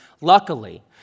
luckily